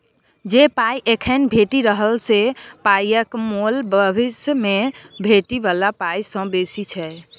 जे पाइ एखन भेटि रहल से पाइक मोल भबिस मे भेटै बला पाइ सँ बेसी छै